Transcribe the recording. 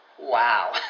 Wow